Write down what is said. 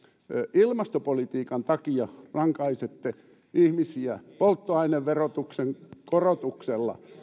ilmastopolitiikan takia rankaisette ihmisiä polttoaineverotuksen korotuksella